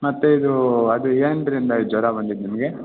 ಮತ್ತು ಇದು ಅದು ಏನ್ರಿಂದ ಜ್ವರ ಬಂದಿದ್ದು ನಿಮಗೆ